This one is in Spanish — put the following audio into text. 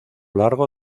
largo